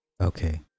Okay